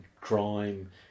crime